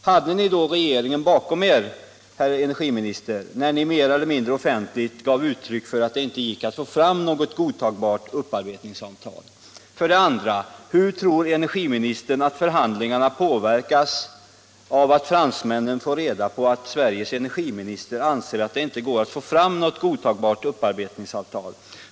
Hade ni då regeringen bakom er, herr energiminister, när ni mer eller mindre offentligt gav uttryck för att det inte gick att få fram något godtagbart upparbetningsavtal? För det andra: Hur tror energiministern att förhandlingarna påverkas av att fransmännen får reda på att Sveriges energiminister anser att det inte går att få fram något godtagbart upparbetningsavtal?